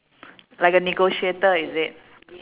like a negotiator is it